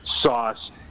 sauce